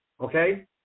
okay